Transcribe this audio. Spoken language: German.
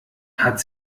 hat